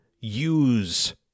use